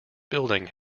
building